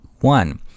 one